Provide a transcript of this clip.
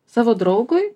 savo draugui